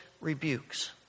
rebukes